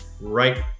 right